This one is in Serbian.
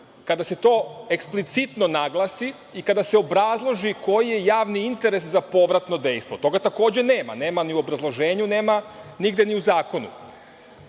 kada se to eksplicitno naglasi i kada se obrazloži koji je javni interes za povratno dejstvo. Toga takođe nema, nema ni u obrazloženju, nema nigde ni u zakonu. Doći